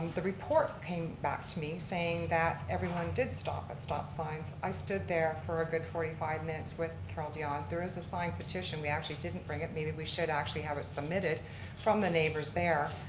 the report came back to me saying that everyone did stop at stop signs. i stood there for a good forty five minutes with carol dione, there was a signed petition we actually didn't bring it, maybe we should actually have it submitted from the neighbors there,